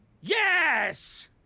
yes